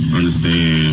understand